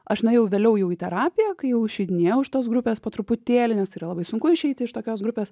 aš nuėjau vėliau jau į terapiją kai jau išeidinėjau iš tos grupės po truputėlį nes tai yra labai sunku išeiti iš tokios grupės